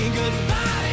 goodbye